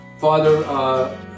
Father